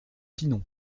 pinon